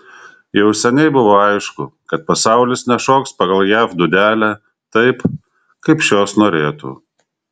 jau seniai buvo aišku kad pasaulis nešoks pagal jav dūdelę taip kaip šios norėtų